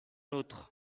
autre